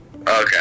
Okay